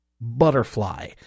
butterfly